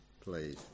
please